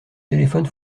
téléphone